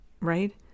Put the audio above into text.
right